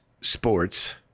sports